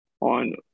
on